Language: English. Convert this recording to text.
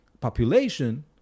population